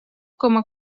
coma